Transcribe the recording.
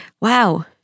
wow